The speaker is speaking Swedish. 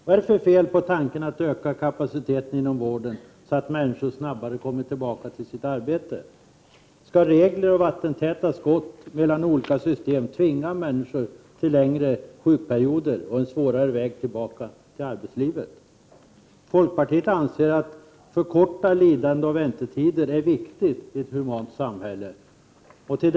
Vad är det för fel på tanken att öka kapaciteten inom vården så att människor snabbare kommer tillbaka till sitt arbete? Skall regler och vattentäta skott mellan olika system tvinga människor till längre sjukperioder och en svårare väg tillbaka till arbetslivet? Folkpartiet anser att det är viktigt i ett humant samhälle att förkorta lidanden och väntetider.